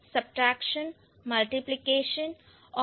तो addition subtraction multiplication और division है